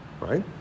right